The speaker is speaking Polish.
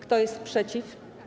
Kto jest przeciw?